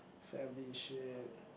family shit